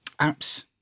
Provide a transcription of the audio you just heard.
apps